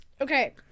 Okay